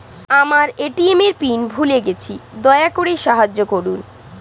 আমার এ.টি.এম এর পিন ভুলে গেছি, দয়া করে সাহায্য করুন